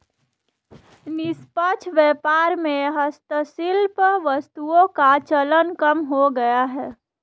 निष्पक्ष व्यापार में हस्तशिल्प वस्तुओं का चलन कम हो गया है